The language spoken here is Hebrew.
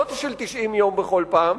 לא של 90 יום בכל פעם,